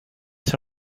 seul